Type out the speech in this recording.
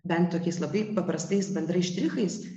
bent tokiais labai paprastais bendrais štrichais